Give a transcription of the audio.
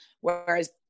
whereas